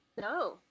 No